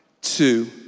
two